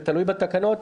זה תלוי בתקנות,